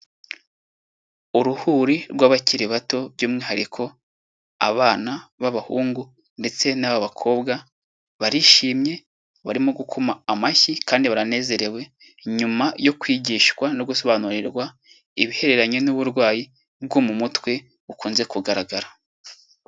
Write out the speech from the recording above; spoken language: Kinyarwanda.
Uruhuri rw'abakiri bato by'umwihariko abana b'abahungu ndetse n'ab'abakobwa, barishimye barimo gukoma amashyi kandi baranezerewe nyuma yo kwigishwa no gusobanurirwa ibihereranye n'uburwayi bwo mu mutwe bukunze kugaragara.